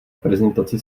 prezentaci